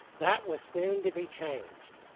that was soon to be changed.